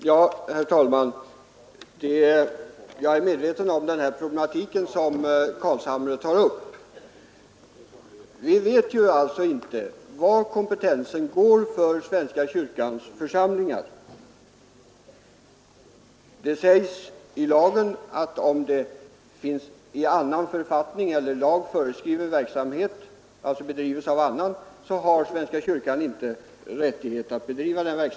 Herr talman! Jag är medveten om den problematik som herr Carlshamre tar upp. Vi vet inte hur långt kompetensen för svenska kyrkans församlingar sträcker sig. Det sägs i lagen att svenska kyrkan inte har rätt att bedriva verksamhet som i författning eller lag är föreskriven annan.